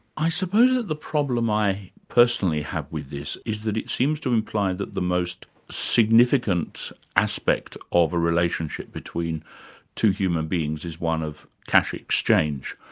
i suppose the problem i personally have with this is that it seems to imply that the most significant aspect of a relationship between two human beings is one of cash exchange.